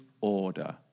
order